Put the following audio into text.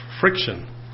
friction